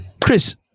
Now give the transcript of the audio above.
Chris